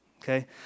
okay